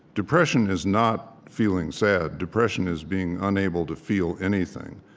depression is not feeling sad depression is being unable to feel anything.